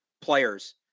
players